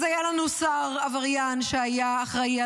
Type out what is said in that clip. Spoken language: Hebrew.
אז היה לנו שר עבריין שהיה אחראי על